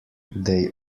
they